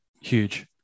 Huge